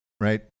right